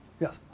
Yes